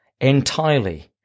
entirely